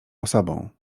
osobą